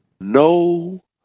No